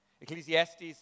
Ecclesiastes